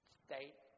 state